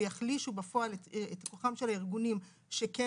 ויחלישו בפועל את כוחם של הארגונים שכן